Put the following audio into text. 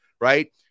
Right